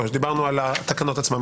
דיברנו על התקנות עצמן,